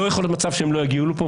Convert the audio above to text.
לא יכול להיות מצב שהם לא יגיעו לפה,